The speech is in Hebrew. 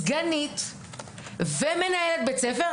סגנית ומנהלת בית ספר,